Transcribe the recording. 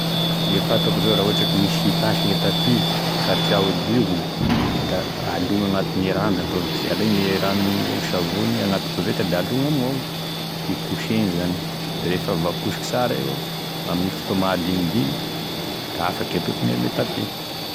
E fantako zao raha misy tasy gne tapy ka tia ho diovigny, da alogny agnatin'e rano aloha, de alay rano, savony agnaty koveta da alogny amignao, de kosegny zany de refa voakosiky sara io avao ame fotoagny mahadignidigny da afaky e loto gn'ame tapy.